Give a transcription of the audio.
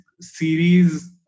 series